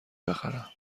بخرم